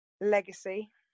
legacy